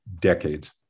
decades